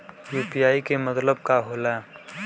UPI के मतलब का होला?